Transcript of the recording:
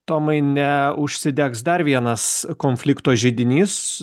tomai ne užsidegs dar vienas konflikto židinys